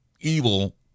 evil